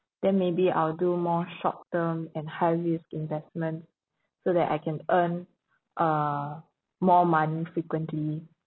then maybe I'll do more short term and high risk investment so that I can earn uh more money frequently